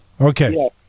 Okay